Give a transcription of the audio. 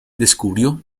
descubrió